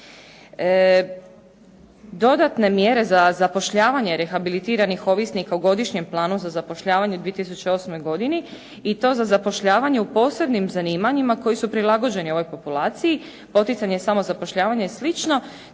Dodatne mjere za zapošljavanje rehabilitiranih ovisnika u godišnjem planu za zapošljavanje u 2008. godini i to za zapošljavanje u posebnim zanimanjima koji su prilagođeni ovoj populaciji, poticanje samozapošljavanja i